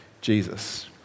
Jesus